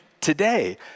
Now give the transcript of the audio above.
today